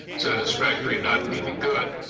satisfactory, not meaning good,